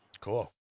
Cool